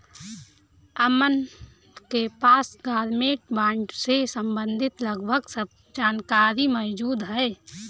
अमन के पास government bond से सम्बंधित लगभग सब जानकारी मौजूद है